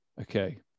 Okay